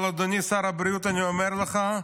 אבל אדוני שר הבריאות, אני אומר לך,